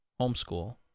homeschool